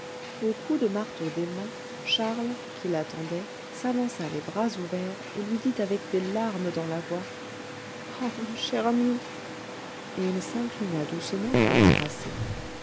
au coup de marteau d'emma charles qui l'attendait s'avança les bras ouverts et lui dit avec des larmes dans la voix ah ma chère amie et il s'inclina doucement pour l'embrasser